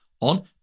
on